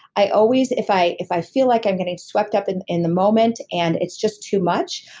i always if i if i feel like i'm getting swept up in in the moment and it's just too much,